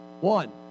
One